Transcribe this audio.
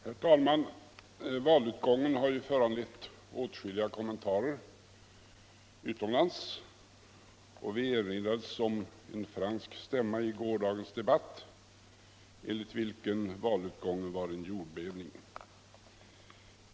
Herr talman! Valutgången har ju föranlevt åtskilliga kommentarer utomlands. Vi erinrades i gårdagens debatt om en fransk stämma. enligt vilken valutgången var en jordbävning.